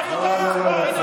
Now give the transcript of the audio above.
מה זה הדבר הזה?